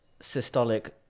systolic